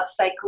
upcycling